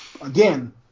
again